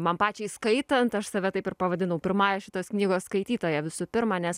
man pačiai skaitant aš save taip ir pavadinau pirmąja šitos knygos skaitytoja visų pirma nes